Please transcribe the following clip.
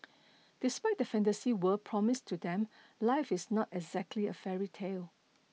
despite the fantasy world promised to them life is not exactly a fairy tale